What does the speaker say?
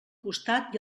costat